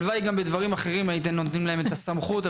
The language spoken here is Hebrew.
הלוואי גם בדברים אחרים הייתם נותנים להם את הסמכות,